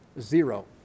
Zero